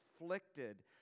afflicted